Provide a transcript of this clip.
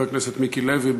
חבר הכנסת מיקי לוי.